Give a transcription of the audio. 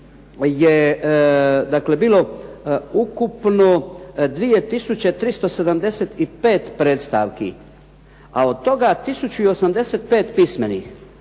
je bilo ukupno 2 tisuće 375 predstavki, a od toga tisuću 85 pismenih.